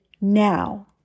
now